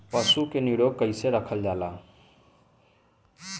पशु के निरोग कईसे रखल जाला?